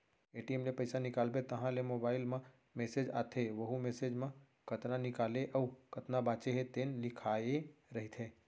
ATM ले पइसा निकालबे तहाँ ले मोबाईल म मेसेज आथे वहूँ मेसेज म कतना निकाले अउ कतना बाचे हे तेन लिखाए रहिथे